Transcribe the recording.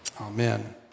Amen